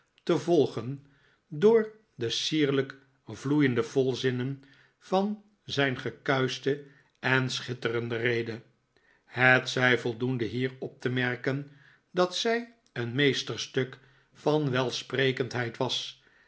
te volgen door de sierlijk vloeiende volzinnen van zijn gekuischte en schitterende rede het zij voldoende hier op te merken dat zij een meesterstuk van welsprekendheid was